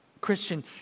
Christian